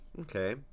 Okay